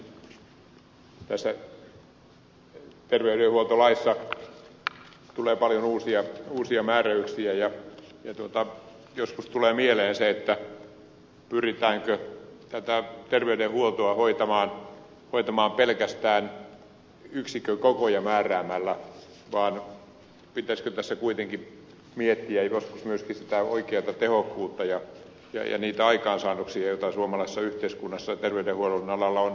tässä terveydenhuoltolaissa tulee paljon uusia määräyksiä ja joskus tulee mieleen että pyritäänkö tätä terveydenhuoltoa hoitamaan pelkästään yksikkökokoja määräämällä vai pitäisikö tässä kuitenkin miettiä joskus myöskin sitä oikeata tehokkuutta ja niitä aikaansaannoksia joita suomalaisessa yhteiskunnassa terveydenhuollon alalla on saatu